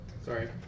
Sorry